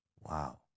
Wow